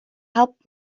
helped